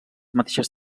mateixes